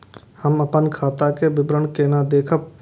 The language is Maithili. हम अपन खाता के विवरण केना देखब?